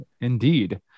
indeed